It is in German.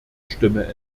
stimme